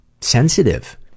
sensitive